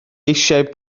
eisiau